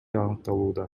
аныкталууда